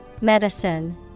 Medicine